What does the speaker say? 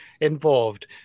involved